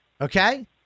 Okay